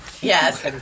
Yes